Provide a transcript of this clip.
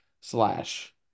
slash